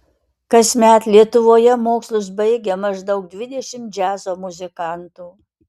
kasmet lietuvoje mokslus baigia maždaug dvidešimt džiazo muzikantų